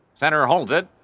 center holds it,